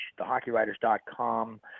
thehockeywriters.com